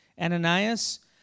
Ananias